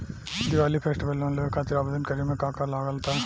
Diwali festival loan लेवे खातिर आवेदन करे म का का लगा तऽ?